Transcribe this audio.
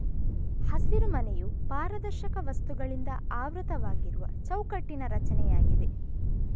ಹಸಿರುಮನೆಯು ಪಾರದರ್ಶಕ ವಸ್ತುಗಳಿಂದ ಆವೃತವಾಗಿರುವ ಚೌಕಟ್ಟಿನ ರಚನೆಯಾಗಿದೆ